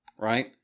right